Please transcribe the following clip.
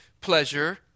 pleasure